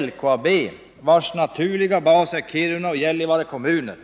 LKAB, vars naturliga bas är Kiruna och Gällivare kommuner,